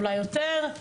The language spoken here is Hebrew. אולי יותר,